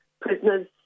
prisoners